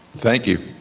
thank you.